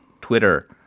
Twitter –